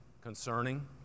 concerning